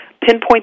pinpoint